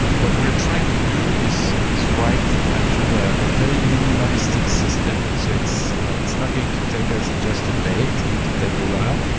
what we're trying to do is is write actually ah a very minimalistic system, so it's you know it's not going to take us just a day. it's going to take a while,